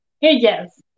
Yes